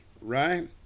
right